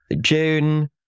June